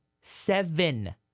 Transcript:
seven